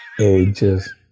ages